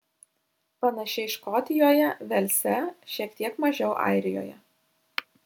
panašiai škotijoje velse šiek tiek mažiau airijoje